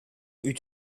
eut